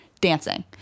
dancing